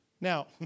Now